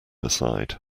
aside